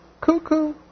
Cuckoo